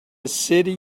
city